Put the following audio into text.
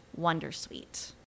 wondersuite